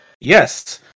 Yes